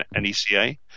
NECA